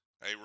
Hey